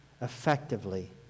effectively